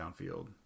downfield